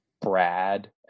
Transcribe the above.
Brad